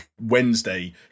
Wednesday